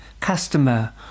customer